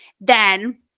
Then-